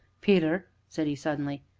peter, said he suddenly,